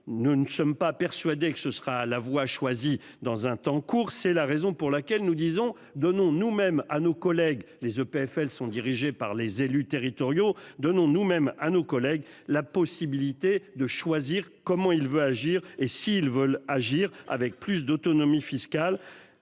Nous ne sommes pas persuadés que ce sera la voie choisie dans un temps court, c'est la raison pour laquelle nous disons donnons même à nos collègues les EPFL sont dirigées par les élus territoriaux donnons même à nos collègues la possibilité de choisir, comment il veut agir, et s'ils veulent agir avec plus d'autonomie fiscale.